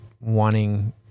wanting